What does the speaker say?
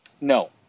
No